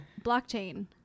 blockchain